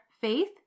faith